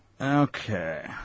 Okay